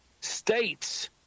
states